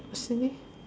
maybe